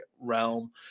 realm